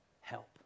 help